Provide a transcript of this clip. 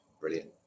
brilliant